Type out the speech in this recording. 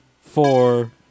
four